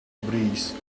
breeze